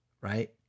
right